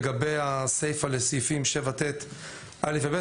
לגבי הסיפא לסעיפים 7ט(א) ו-(ב),